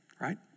right